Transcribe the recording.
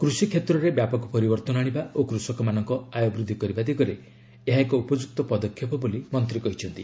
କୃଷି କ୍ଷେତ୍ରରେ ବ୍ୟାପକ ପରିବର୍ତ୍ତନ ଆଣିବା ଓ କୃଷକମାନଙ୍କ ଆୟ ବୃଦ୍ଧି କରିବା ଦିଗରେ ଏହା ଏକ ଉପଯୁକ୍ତ ପଦକ୍ଷେପ ବୋଲି ମନ୍ତ୍ରୀ କହିଛନ୍ତି